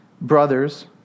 Brothers